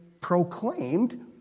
proclaimed